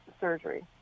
surgery